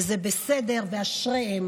וזה בסדר ואשריהן.